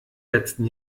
letzten